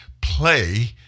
play